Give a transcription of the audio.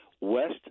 West